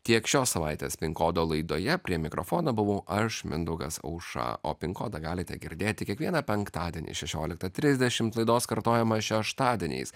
tiek šios savaitės pin kodo laidoje prie mikrofono buvau aš mindaugas aušra o pin kodą galite girdėti kiekvieną penktadienį šešioliktą trisdešimt laidos kartojimą šeštadieniais